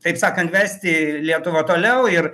taip sakant vesti lietuvą toliau ir